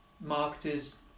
marketers